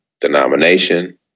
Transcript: denomination